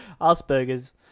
Asperger's